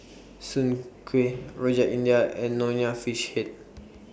Soon Kuih Rojak India and Nonya Fish Head